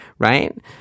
right